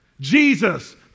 Jesus